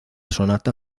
sonata